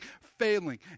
failing